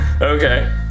Okay